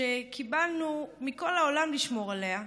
שקיבלנו מכל העולם לשמור עליה,